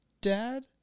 dad